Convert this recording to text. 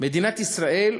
מדינת ישראל,